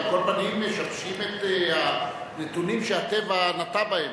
ועל כל פנים משבשים את הנתונים שהטבע נטע בהם.